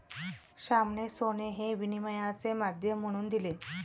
श्यामाने सोने हे विनिमयाचे माध्यम म्हणून दिले